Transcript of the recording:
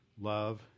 love